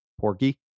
Porky